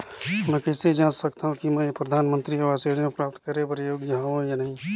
मैं कइसे जांच सकथव कि मैं परधानमंतरी आवास योजना प्राप्त करे बर योग्य हववं या नहीं?